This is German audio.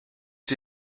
sie